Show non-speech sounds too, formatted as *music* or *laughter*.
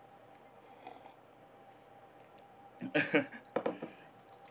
*laughs*